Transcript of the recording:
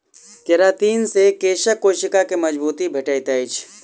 keratin से केशक कोशिका के मजबूती भेटैत अछि